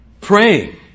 Praying